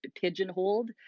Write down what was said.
pigeonholed